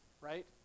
right